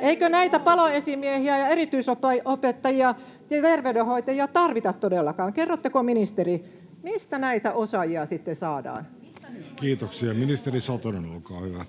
Eikö näitä paloesimiehiä ja erityisopettajia ja terveydenhoitajia tarvita todellakaan? Kerrotteko, ministeri, mistä näitä osaajia sitten saadaan? [Li Anderssonin välihuuto] Kiitoksia. — Ministeri Satonen, olkaa hyvä.